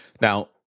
Now –